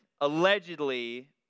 allegedly